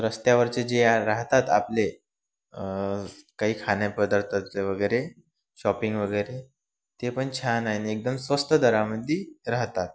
रस्त्यावरचे जे राहतात आपले काही खान्यापदार्थातले वगैरे शॉपिंग वगैरे ते पण छान आहे आणि एकदम स्वस्त दरामध्ये राहतात